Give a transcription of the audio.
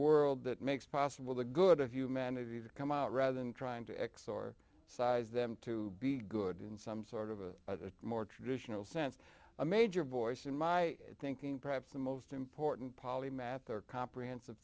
world that makes possible the good of humanity to come out rather than trying to x or size them to be good in some sort of a more traditional sense a major voice in my thinking perhaps the most important polymath or comprehensive